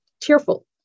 tearful